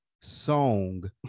song